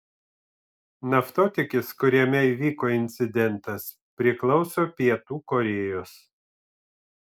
naftotiekis kuriame įvyko incidentas priklauso pietų korėjos